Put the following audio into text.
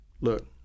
Look